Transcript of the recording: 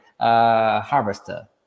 harvester